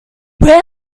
where